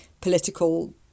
political